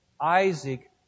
Isaac